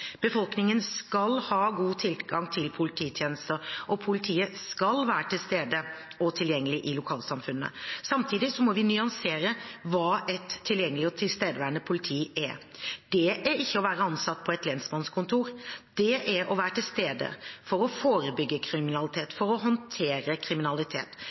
Befolkningen skal ha god tilgang til polititjenester, og politiet skal være til stede og tilgjengelig i lokalsamfunnene. Samtidig må vi nyansere hva et tilgjengelig og tilstedeværende politi er. Det er ikke å være ansatt på et lensmannskontor. Det er å være til stede for å forebygge kriminalitet og for å håndtere kriminalitet,